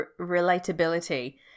relatability